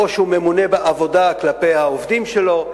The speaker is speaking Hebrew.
או שהוא ממונה בעבודה כלפי העובדים שלו.